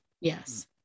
Yes